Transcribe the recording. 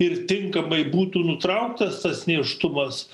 ir tinkamai būtų nutrauktas tas nėštumas